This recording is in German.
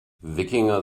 wikinger